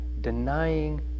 denying